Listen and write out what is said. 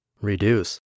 Reduce